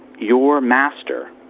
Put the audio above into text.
your master,